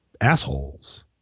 assholes